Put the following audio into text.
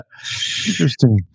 Interesting